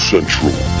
Central